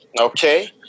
Okay